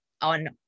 on